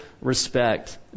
respect